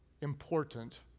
important